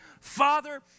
Father